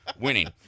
winning